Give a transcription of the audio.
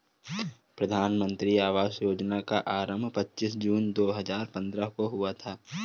प्रधानमन्त्री आवास योजना का आरम्भ पच्चीस जून दो हजार पन्द्रह को हुआ था